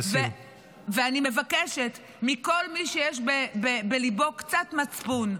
ואני מבקשת מכל מי שיש בליבו קצת מצפון,